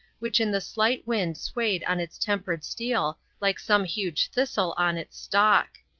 which in the slight wind swayed on its tempered steel like some huge thistle on its stalk.